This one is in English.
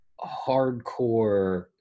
hardcore